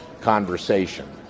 conversation